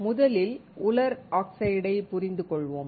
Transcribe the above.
முதலில் உலர் ஆக்சைடை புரிந்து கொள்வோம்